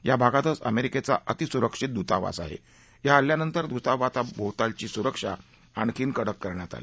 या भागातच अमक्रिचा अतिसुरक्षित दूतावास आह या हल्ल्यानंतर द्रतावासाभोवतालची सुरक्षा आणखी कडक करण्यात आली